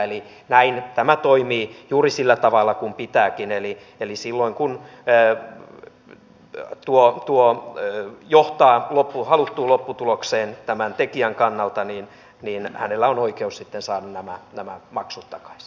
eli näin tämä toimii juuri sillä tavalla kuin pitääkin eli silloin kun tuo johtaa haluttuun lopputulokseen tämän tekijän kannalta niin hänellä on oikeus sitten saada nämä maksut takaisin